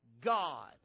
God